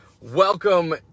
Welcome